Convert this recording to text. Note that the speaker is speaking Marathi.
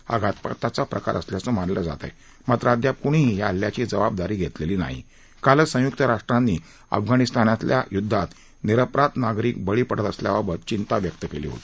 हा घातपाताचा प्रकार असल्याचं मानलं जात आहे मात्र अद्याप कुणीही या हल्ल्याची जबाबदारी घेतली नाही कालच संयुक्त राष्ट्रांनी अफगाणिस्तानातल्या युद्धात निरपराध नागरिक बळी पडत असल्याबाबत चिंता व्यक्त केली होती